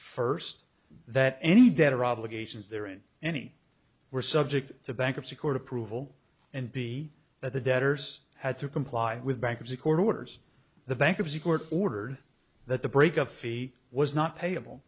first that any debtor obligations there in any were subject to bankruptcy court approval and be that the debtors had to comply with bankruptcy court orders the bankruptcy court ordered that the break up fee was not payable